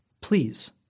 Please